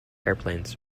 airplanes